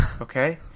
okay